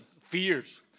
fears